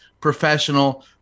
professional